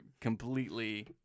completely